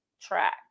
track